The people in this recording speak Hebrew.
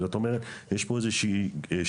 זאת אומרת, יש פה איזו שהיא שיטה.